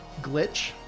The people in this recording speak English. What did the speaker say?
Glitch